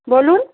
বলুন